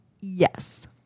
Yes